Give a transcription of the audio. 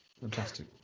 Fantastic